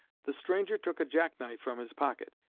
the stranger took a jack-knife from his pocket.